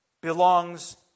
belongs